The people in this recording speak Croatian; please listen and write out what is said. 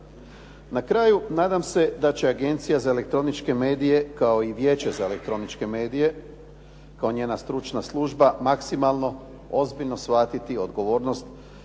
Na kraju, nadam se da će Agencija za elektroničke medije, kao i Vijeće za elektroničke medije, kao njena stručna služba, maksimalno ozbiljno shvatiti odgovornost